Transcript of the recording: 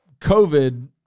COVID